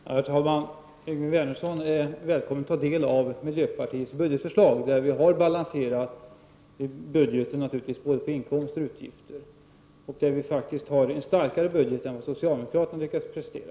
Herr talman! Yngve Wernersson är välkommen att ta del av miljöpartiets budgetförslag, där vi naturligvis har balanserat både inkomster och utgifter. Vi har faktiskt en starkare budget än den som socialdemokraterna har lyckats prestera.